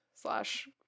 slash